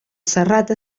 serrat